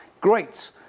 Great